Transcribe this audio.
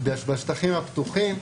בשטחים הפתוחים,